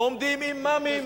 ועומדים אימאמים,